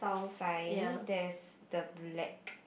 fine there's the black